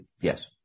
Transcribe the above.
yes